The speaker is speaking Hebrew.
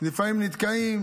לפעמים נתקע.